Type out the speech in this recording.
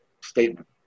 statement